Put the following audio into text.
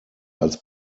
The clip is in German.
als